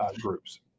groups